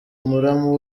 muramu